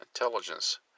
intelligence